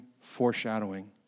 foreshadowing